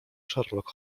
sherlock